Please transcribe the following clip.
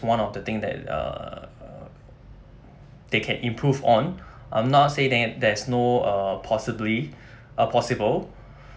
one of the thing that err they can improve on um not saying that there's no uh possibly uh possible